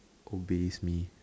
obeys me